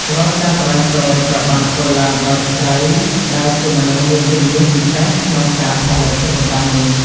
រាល់ការត្បាញសូត្រត្រូវបានធ្វើឡើងដោយស្ត្រី ដែលជាមនុស្សមានជំនាញពិសេសក្នុងការផលិតសិប្បកម្មនេះ។